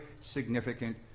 significant